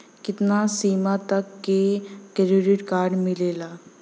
कितना सीमा तक के क्रेडिट कार्ड मिलेला?